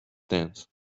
dance